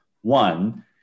One